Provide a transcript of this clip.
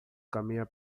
caminha